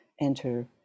enter